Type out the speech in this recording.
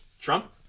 trump